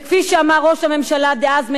כפי שאמר ראש הממשלה דאז,